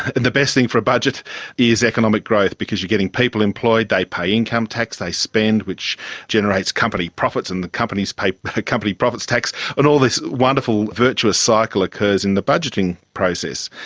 and the best thing for a budget is economic growth because you are getting people employed, they pay income tax, they spend, which generates company profits, and the companies pay pay company profits tax, and all this wonderful virtuous cycle occurs in the budgeting process.